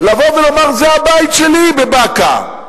לבוא ולומר, זה הבית שלי, בבקעה,